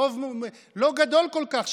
ברוב לא כל כך גדול,